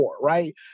Right